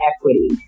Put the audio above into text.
equity